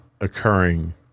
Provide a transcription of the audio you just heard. occurring